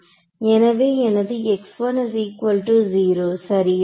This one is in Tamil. எனவே எனது சரியா